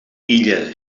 illa